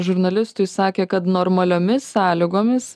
žurnalistui sakė kad normaliomis sąlygomis